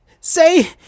Say